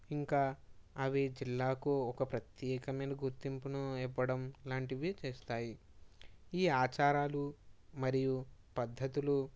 ఇంకా అవి జిల్లాకు ఒక ప్రత్యేకమైన గుర్తింపును ఇవ్వడం లాంటివి చేస్తాయి ఈ ఆచారాలు మరియు పద్ధతులు